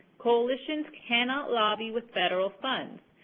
coalitions cannot lobby with federal funds.